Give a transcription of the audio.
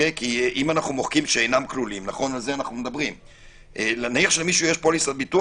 כי אם מוחקים: שאינם כלולים נניח למישהו יש פוליסת ביטוח